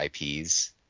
IPs